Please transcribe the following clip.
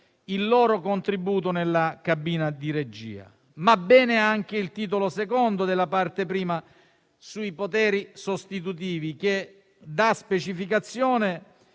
il loro contributo nella cabina di regia. Bene anche il titolo II della parte prima sui poteri sostitutivi che specifica un